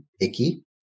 icky